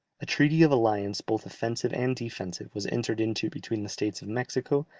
a treaty of alliance both offensive and defensive was entered into between the states of mexico,